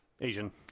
asian